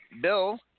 Bill